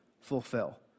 fulfill